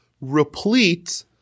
replete